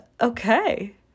Okay